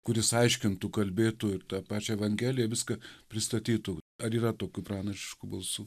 kuris aiškintų kalbėtų ir tą pačią evangeliją viską pristatytų ar yra tokių pranašiškų balsų